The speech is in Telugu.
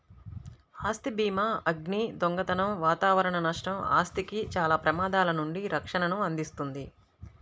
ఆస్తి భీమాఅగ్ని, దొంగతనం వాతావరణ నష్టం, ఆస్తికి చాలా ప్రమాదాల నుండి రక్షణను అందిస్తుంది